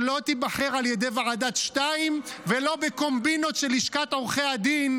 שלא תיבחר על ידי ועדת שתיים ולא בקומבינות של לשכת עורכי הדין,